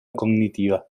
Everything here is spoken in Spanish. cognitiva